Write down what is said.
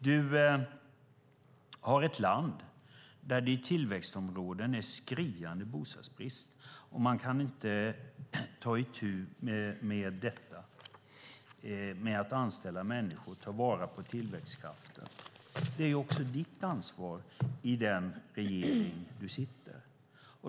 Du har ett land där det i tillväxtområden är skriande bostadsbrist. Man kan inte ta itu med att anställa människor och ta vara på tillväxtkrafter. Det är också ditt ansvar i den regering du sitter i.